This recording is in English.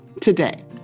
Today